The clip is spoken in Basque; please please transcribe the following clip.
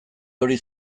hori